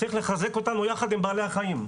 צריך לחזק אותנו יחד עם בעלי החיים.